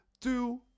two